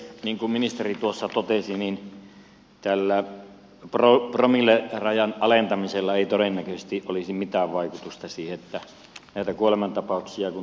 niin kuin ministeri totesi niin tällä promillerajan alentamisella ei todennäköisesti olisi mitään vaikutusta näihin kuolemantapauksiin